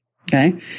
Okay